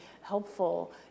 helpful